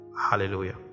Hallelujah